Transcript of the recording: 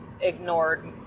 ignored